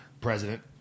President